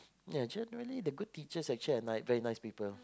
ya generally the good teacher are very nice people